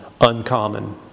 uncommon